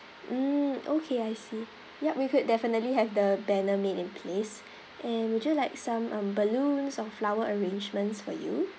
mm okay I see yup we could definitely have the banner made in place and would you like some um balloons or flower arrangements for you